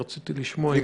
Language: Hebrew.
רציתי לשמוע האם